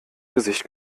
gesicht